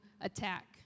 attack